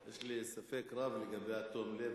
יש לי ספק רב לגבי תום הלב.